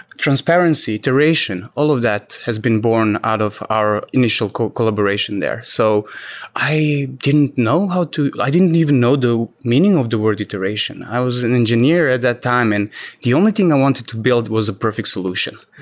transparency iteration, all of that has been born out of our initial collaboration there. so i didn't know how to i didn't even know do meaning of the word iteration. i was an engineer at that time and the only thing i wanted to build was a perfect solution.